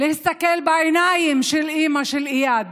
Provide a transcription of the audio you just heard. להסתכל בעיניים של אימא של איאד